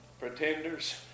pretenders